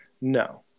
No